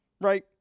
right